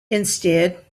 instead